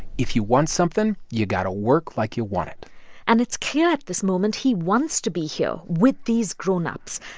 if you want something, you got to work like you want it and it's clear at this moment he wants to be here with these grown-ups,